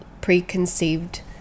preconceived